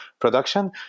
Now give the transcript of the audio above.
production